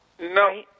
No